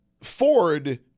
Ford